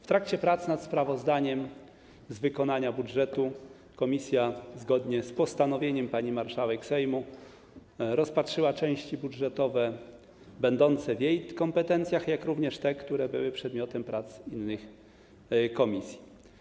W trakcie prac nad sprawozdaniem z wykonania budżetu komisja, zgodnie z postanowieniem pani marszałek Sejmu, rozpatrzyła części budżetowe leżące w jej kompetencjach, jak również te, które były przedmiotem prac innych komisji.